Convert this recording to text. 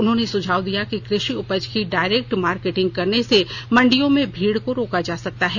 उन्होंने सुझाव दिया कि कृषि उपज की डायरेक्ट मार्केटिंग करने से मंडियों में भीड़ को रोका जा सकता है